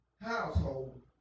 household